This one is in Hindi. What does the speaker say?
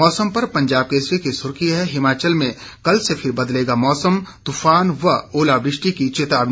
मौसम पर पंजाब केसरी की सुर्खी है हिमाचल में कल से फिर बदलेगा मौसम तूफान व ओलावृष्टि की चेतावनी